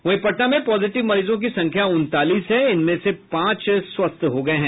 वहीं पटना में पॉजिटिव मरीजों की संख्या उनतालीस है जिनमें से पांच ठीक हो गए हैं